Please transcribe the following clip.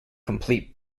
complete